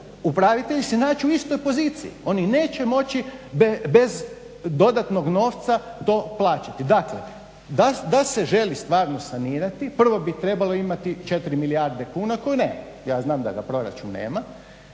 upravitelji se naći u istoj poziciji. Oni neće moći bez dodatnog novca to plaćati. Dakle, da se želi stvarno sanirati prvo bi trebalo imati 4 milijarde kuna koje nemamo. Ja znam da ga proračun nema.